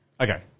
Okay